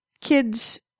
kids